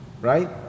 right